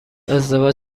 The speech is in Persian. ازدواج